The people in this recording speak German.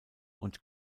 und